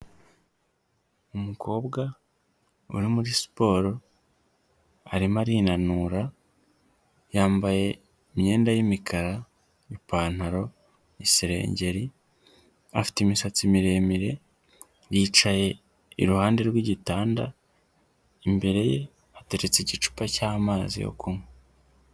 Umukobwa uri muri siporo, arimo arinanura, yambaye imyenda y'imikara, ipantaro, iserengeri, afite imisatsi miremire, yicaye iruhande rw'igitanda, imbere ye hateretse igicupa cy'amazi yo kunywa.